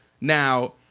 Now